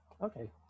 Okay